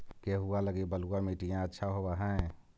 गेहुआ लगी बलुआ मिट्टियां अच्छा होव हैं?